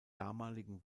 damaligen